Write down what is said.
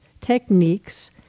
techniques